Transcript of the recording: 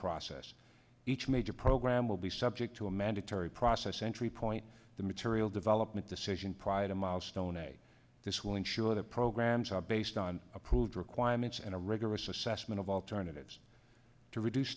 process each major program will be subject to a mandatory process entry point the material development decision pride a milestone a this will ensure that programs are based on approved requirements and a rigorous assessment of alternatives to reduce